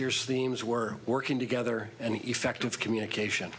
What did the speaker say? year seems we're working together and effective communication